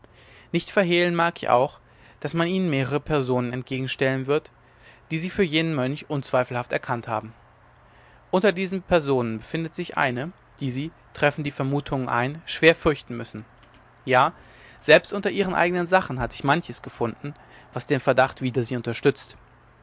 nicht verhehlen mag ich auch daß man ihnen mehrere personen entgegenstellen wird die sie für jenen mönch unzweifelhaft erkannt haben unter diesen personen befindet sich eine die sie treffen die vermutungen ein schwer fürchten müssen ja selbst unter ihren eigenen sachen hat sich manches gefunden was den verdacht wider sie unterstützt